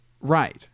Right